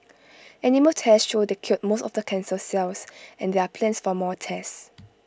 animal tests show they killed most of the cancer cells and there are plans for more tests